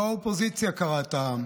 לא האופוזיציה קרעה את העם